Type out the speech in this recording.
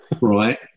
Right